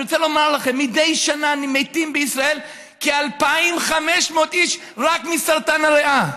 אני רוצה לומר לכם שמדי שנה מתים בישראל כ-2,500 איש רק מסרטן הריאה,